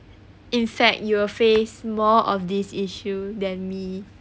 in fact you will face more of these issue than me